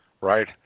right